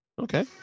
Okay